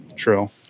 True